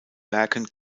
werken